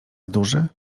duży